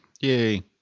Yay